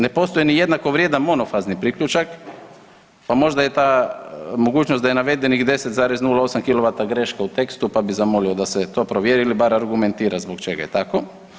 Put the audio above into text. Ne postoji ni jednako vrijedan monofazni priključak pa možda je ta mogućnost da je navedenih 10,08 kW greška u tekstu pa bi zamolio da se to provjeri ili barem argumentira zbog čega je tako.